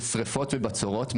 ושריפות ובצורות,